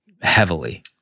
Heavily